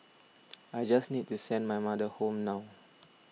I just need to send my mother home now